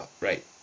right